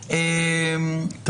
החוק.